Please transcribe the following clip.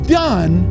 done